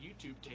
YouTube